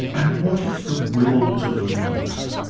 and what is the will to believe?